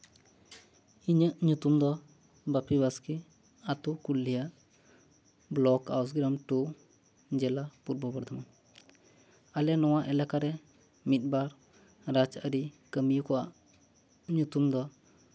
ᱤᱧᱟᱹᱜ ᱧᱩᱛᱩᱢ ᱫᱚ ᱵᱟᱹᱯᱤ ᱵᱟᱥᱠᱮ ᱟᱛᱳ ᱠᱩᱞᱰᱤᱦᱟ ᱵᱞᱚᱠ ᱟᱣᱩᱥᱜᱨᱟᱢ ᱴᱩ ᱡᱮᱞᱟ ᱯᱩᱨᱵᱚ ᱵᱚᱨᱫᱷᱚᱢᱟᱱ ᱟᱞᱮ ᱱᱚᱣᱟ ᱮᱞᱟᱠᱟᱨᱮ ᱢᱤᱫ ᱵᱟᱨ ᱨᱟᱡᱽᱼᱟᱹᱨᱤ ᱠᱟᱹᱢᱭᱟᱹ ᱠᱚᱣᱟᱜ ᱧᱩᱛᱩᱢ ᱫᱚ